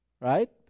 Right